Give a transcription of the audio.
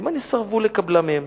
למען יסרבו לקבלם מהם,